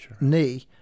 knee